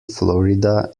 florida